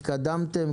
התקדמתם,